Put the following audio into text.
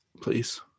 please